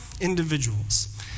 individuals